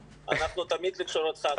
ומשאבי מים זאב אלקין: אנחנו תמיד לשירותך.